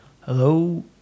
Hello